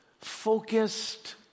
focused